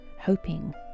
hoping